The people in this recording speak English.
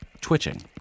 twitching